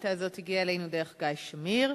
השאילתא הזאת הגיעה אלינו דרך גיא שמיר.